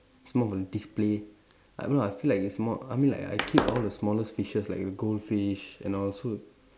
it's more of a display I don't know I feel like it's more I mean like I keep all the smallest fishes like the goldfish and all so